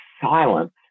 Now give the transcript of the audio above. silence